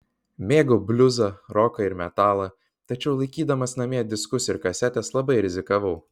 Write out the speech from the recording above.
mėgau bliuzą roką ir metalą tačiau laikydamas namie diskus ir kasetes labai rizikavau